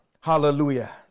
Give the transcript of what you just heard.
hallelujah